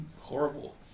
horrible